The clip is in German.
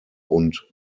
und